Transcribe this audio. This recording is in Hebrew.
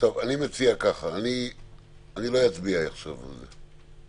טוב, אני מציע ככה: אני לא אצביע עכשיו על זה.